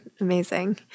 amazing